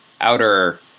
outer